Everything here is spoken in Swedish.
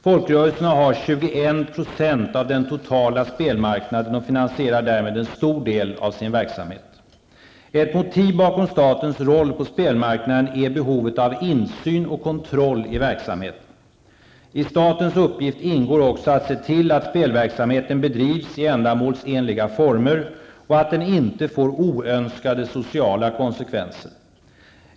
Folkrörelserna har 21 % av den totala spelmarknaden och finansierar därmed en stor del av sin verksamhet. Ett motiv bakom statens roll på spelmarknaden är behovet av insyn och kontroll i verksamheten. I statens uppgift ingår också att se till att spelverksamheten bedrivs i ändamålsenliga former och att den inte får oönskade sociala konsekvenser.